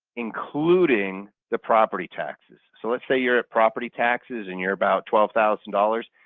including the property taxes. so let's say you're at property taxes and you're about twelve thousand dollars,